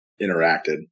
interacted